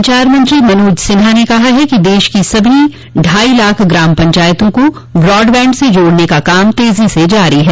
संचार मंत्री मनोज सिन्हा ने कहा है कि देश की सभी ढाई लाख ग्राम पंचायतों को बाडबैंड से जोड़ने का काम तेज़ी से जारी है